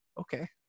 Okay